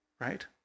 Right